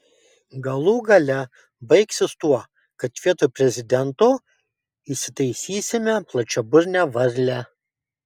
galų gale baigsis tuo kad vietoj prezidento įsitaisysime plačiaburnę varlę